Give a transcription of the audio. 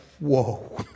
Whoa